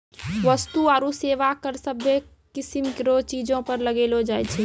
वस्तु आरू सेवा कर सभ्भे किसीम रो चीजो पर लगैलो जाय छै